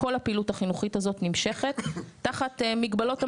כל הפעילות החינוכית הזאת נמשכת תחת מגבלות המציאות: